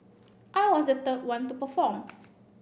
I was the third one to perform